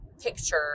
picture